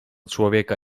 człowieka